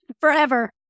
Forever